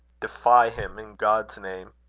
defy him in god's name.